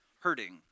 hurting